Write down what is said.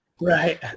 Right